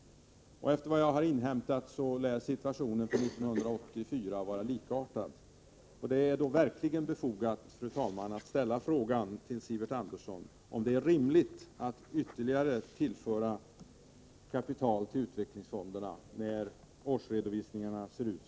Enligt vad jag har inhämtat är situationen för 1984 likartad. Det är mot denna bakgrund verkligen befogat, fru talman, att ställa frågan till Sivert Andersson om det är rimligt att tillföra ytterligare kapital till utvecklingsfonderna när årsredovisningarna ser ut som de gör.